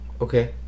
okay